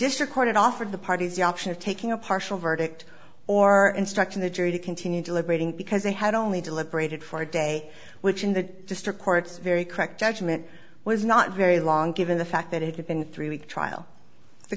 district court it offered the parties the option of taking a partial verdict or instruction the jury to continue deliberating because they had only deliberated for a day which in the district courts very correct judgment was not very long given the fact that it had been three week trial the